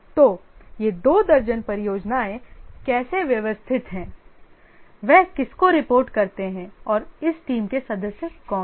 तो ये दो दर्जन परियोजनाएं कैसे व्यवस्थित हैं वे किसको रिपोर्ट करते हैं और इस टीम के सदस्य कौन हैं